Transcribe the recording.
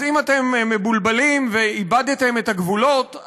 אז אם אתם מבולבלים ואיבדתם את הגבולות,